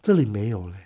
这里没有 leh